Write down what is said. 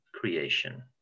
creation